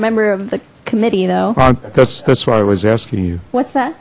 a member of the committee though oh that's that's why i was asking you what's that